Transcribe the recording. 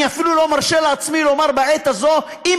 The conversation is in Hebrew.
אני אפילו לא מרשה לעצמי לומר בעת הזאת "אם